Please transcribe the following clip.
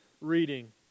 reading